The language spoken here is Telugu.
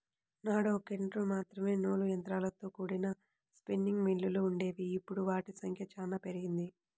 నాడు ఒకట్రెండు మాత్రమే నూలు యంత్రాలతో కూడిన స్పిన్నింగ్ మిల్లులు వుండేవి, ఇప్పుడు వాటి సంఖ్య చానా పెరిగింది